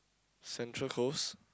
Central-Coast